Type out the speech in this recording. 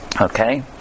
okay